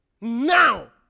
Now